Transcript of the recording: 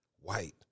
white